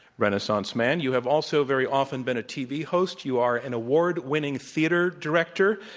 renaissance man, you have also very often been a tv host. you are an award winning theater director,